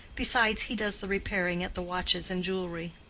besides, he does the repairing at the watches and jewelry.